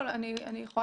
הרשות לא עושה